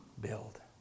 build